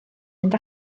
mynd